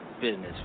business